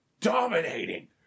dominating